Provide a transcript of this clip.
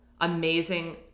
amazing